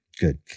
good